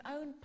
own